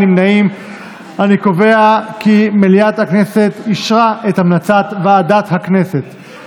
הצעת ועדת הכנסת להעביר את הצעת חוק ביטוח בריאות ממלכתי (תיקון,